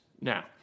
now